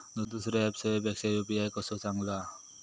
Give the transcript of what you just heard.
दुसरो ऍप सेवेपेक्षा यू.पी.आय कसो चांगलो हा?